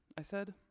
i said,